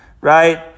right